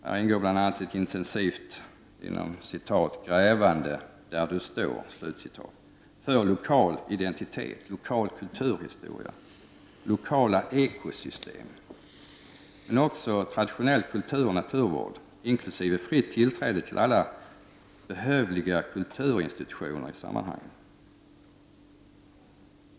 Här ingår bl.a. ett intensivt ”grävande där du står” för lokal identitet, lokal kulturhistoria, lokala ekosystem, men också traditionell kulturoch naturvård inkl. fritt tillträde till alla behövliga kulturinstitutioner i sammanhanget.